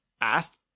asked